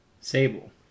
Sable